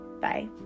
bye